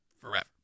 forever